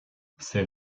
c’est